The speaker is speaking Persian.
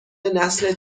نسل